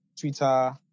Twitter